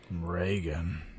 Reagan